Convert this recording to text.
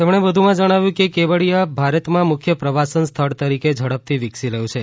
તેમણે વધુમાં જણાવ્યું કે કેવડીયા ભારતમાં મુખ્ય પ્રવાસન સ્થળ તરીકે ઝડપથી વિકસી રહ્યું છે